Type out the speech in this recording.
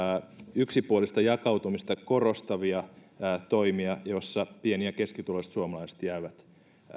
yksipuolista jakautumista korostavia toimia joissa pieni ja keskituloiset suomalaiset jäävät